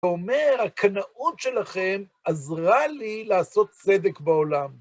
ואומר, הקנאות שלכם עזרה לי לעשות צדק בעולם.